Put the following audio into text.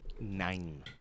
Nine